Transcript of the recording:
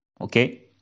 Okay